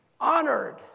honored